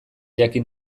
jakin